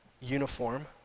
uniform